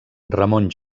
ramon